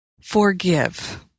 forgive